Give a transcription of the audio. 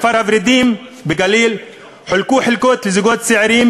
בכפר-ורדים בגליל חולקו חלקות לזוגות צעירים,